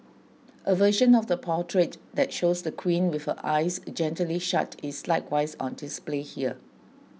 a version of the portrait that shows the queen with her eyes gently shut is likewise on display here